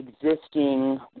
existing